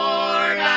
Lord